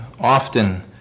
often